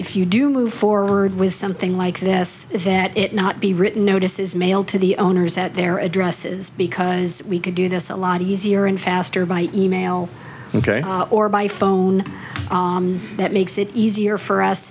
if you do move forward with something like this that it not be written notices mailed to the owners at their addresses because we can do this a lot easier and faster by e mail ok or by phone that makes it easier for us